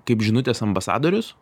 kaip žinutės ambasadorius